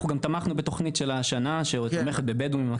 בוודאי.